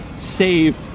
Save